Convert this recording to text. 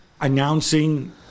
announcing